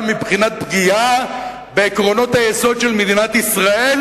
מבחינת פגיעה בעקרונות היסוד של מדינת ישראל,